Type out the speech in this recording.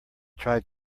tried